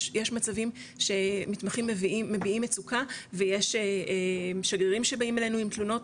יש מצבים שמתמחים מביעים מצוקה ויש שגרירים שבאים אלינו עם תלונות,